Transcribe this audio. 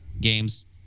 games